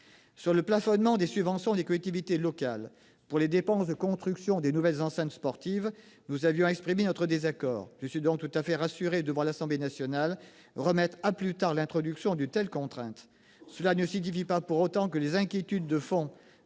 le plafonnement des subventions des collectivités locales pour les dépenses de construction de nouvelles enceintes sportives, nous avions exprimé notre désaccord. Je suis donc tout à fait rassuré de voir l'Assemblée nationale remettre à plus tard l'introduction d'une telle contrainte. Cela ne signifie pas pour autant que les inquiétudes de fond